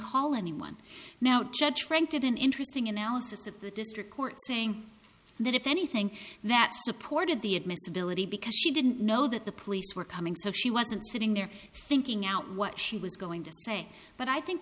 call anyone now judge granted an interesting analysis of the district court saying that if anything that supported the admissibility because she didn't know that the police were coming so she wasn't sitting there thinking out what she was going to say but i think